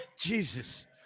Jesus